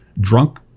drunk